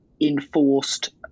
enforced